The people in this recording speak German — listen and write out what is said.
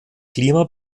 klima